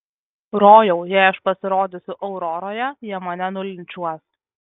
rojau jei aš pasirodysiu auroroje jie mane nulinčiuos